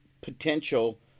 potential